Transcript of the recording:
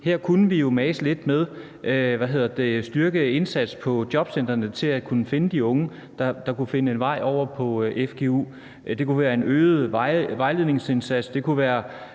her kunne vi jo mase lidt med at styrke indsatsen på jobcentrene for at kunne finde de unge, der kunne finde en vej over på fgu. Det kunne være en øget vejledningsindsats, det kunne være